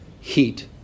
heat